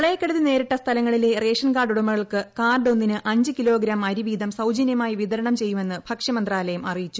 പ്രളയക്കെടുതി നേരിട്ട സ്ഥലങ്ങളിലെ റേഷൻ കാർഡുടമകൾക്ക് കാർഡ് ഒന്നിന് അഞ്ച് കിലോഗ്രാം അരിവീതം സൌജന്യമായി വിതരണം ചെയ്യുമെന്ന് ഭക്ഷ്യമന്ത്രാലയം അറിയിച്ചു